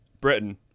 Britain